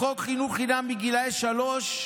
בחוק חינוך חינם מגיל שלוש,